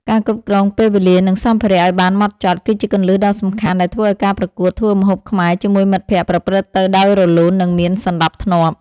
ការគ្រប់គ្រងពេលវេលា និងសម្ភារៈឱ្យបានហ្មត់ចត់ គឺជាគន្លឹះដ៏សំខាន់ដែលធ្វើឱ្យការប្រកួតធ្វើម្ហូបខ្មែរជាមួយមិត្តភក្តិប្រព្រឹត្តទៅដោយរលូន និងមានសណ្ដាប់ធ្នាប់។